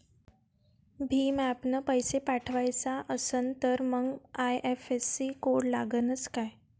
भीम ॲपनं पैसे पाठवायचा असन तर मंग आय.एफ.एस.सी कोड लागनच काय?